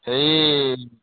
এই